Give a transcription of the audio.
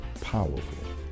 powerful